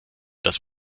das